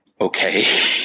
okay